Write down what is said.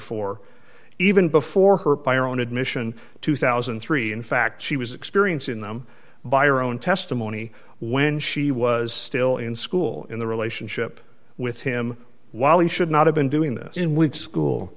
for even before her by her own admission two thousand and three in fact she was experiencing them by your own testimony when she was still in school in the relationship with him while he should not have been doing this in week school